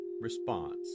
response